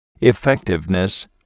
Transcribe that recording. effectiveness